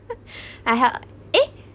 I help eh